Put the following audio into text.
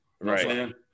right